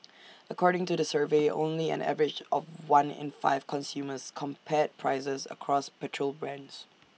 according to the survey only an average of one in five consumers compared prices across petrol brands